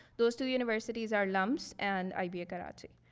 those two universities are lumps and iba karachi.